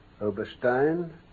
Oberstein